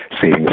seeing